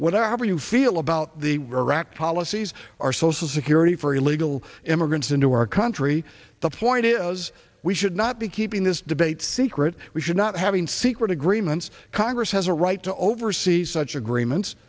are you feel about the rack policies our social security for illegal immigrants into our country the point is we should not be keeping this debate secret we should not having secret agreements congress has a right to oversee such agreements